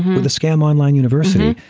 the scam online university.